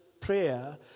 prayer